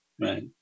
Right